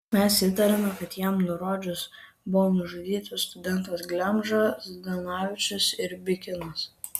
mes įtarėme kad jam nurodžius buvo nužudyti studentas glemža zdanavičius ir bikinas